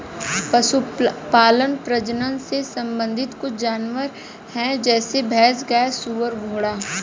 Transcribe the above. पशुपालन प्रजनन से संबंधित कुछ जानवर है जैसे भैंस, गाय, सुअर, घोड़े